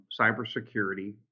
cybersecurity